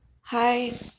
Hi